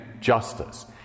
justice